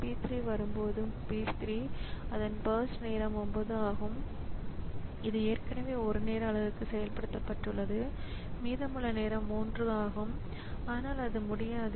P 3 வரும்போது P 3 அதன் first நேரம் 9 ஆகும் ஆனால் இது ஏற்கனவே 1 நேர அலகுக்கு செயல்படுத்தப்பட்டுள்ளது மீதமுள்ள நேரம் 3 ஆகும் ஆனால் அது முடியாது